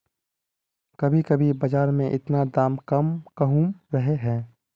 कभी कभी बाजार में इतना दाम कम कहुम रहे है?